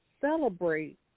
celebrate